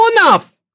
enough